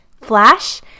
flash